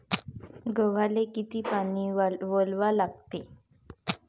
गव्हाले किती पानी वलवा लागते?